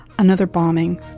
another bombing.